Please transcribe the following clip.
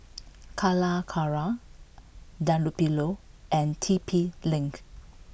Calacara Dunlopillo and T P Link